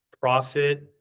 profit